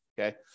okay